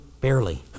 Barely